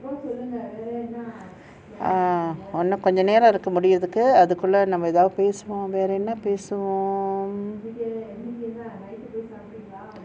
ah இன்னும் கொஞ்ச நேரம் இருக்கு முடியறதுக்குinnum konja neram irukku mudiyarathukku